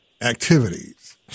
activities